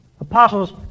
Apostles